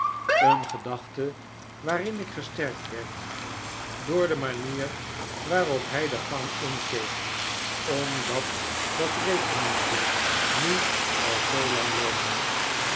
een gedachte waarin ik gesterkt werd door de manier waarop hij de gang inkeek omdat dat rekeningetje nu al zoolang loopt